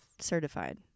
Certified